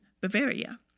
Bavaria